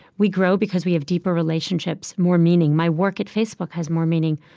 we grow because we have deeper relationships, more meaning. my work at facebook has more meaning.